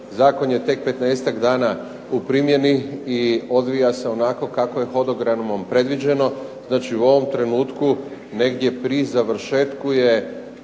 Zakon je tek 15-tak dana u primjeni i odvija se tako kako je hodogramom predviđeno, znači u ovom trenutku negdje pri završetku je